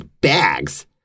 bags